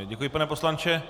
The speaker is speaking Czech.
Děkuji, pane poslanče.